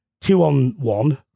two-on-one